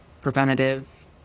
preventative